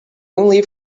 only